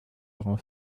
grand